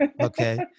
Okay